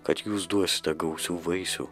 kad jūs duosite gausių vaisių